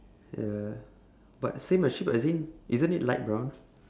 ya but same as sheep as in isn't it light brown